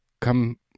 Come